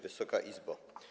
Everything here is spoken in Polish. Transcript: Wysoka Izbo!